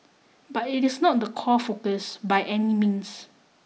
but it is not the core focus by any means